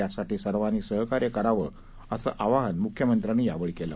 यासाठी सर्वांनी सहकार्य करावे असे आवाहन मुख्यमंत्र्यांनी यावेळी केलं